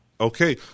Okay